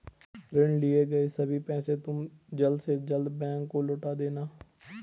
ऋण लिए गए सभी पैसे तुम जल्द से जल्द बैंक को लौटा देना